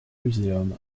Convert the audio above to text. museum